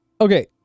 okay